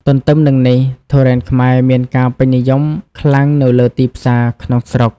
ទន្ទឹមនឹងនេះទុរេនខ្មែរមានការពេញនិយមខ្លាំងនៅលើទីផ្សារក្នុងស្រុក។